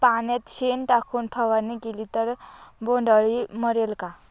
पाण्यात शेण टाकून फवारणी केली तर बोंडअळी मरेल का?